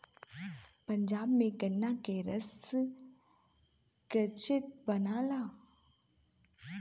पंजाब में गन्ना के रस गजक बनला